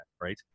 right